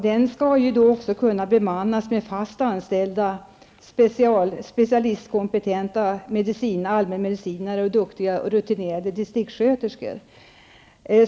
Den skall också kunna bemannas med fast anställda specialister och kompetenta allmänmedicinare samt duktiga rutinerade distriktsköterskor.